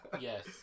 Yes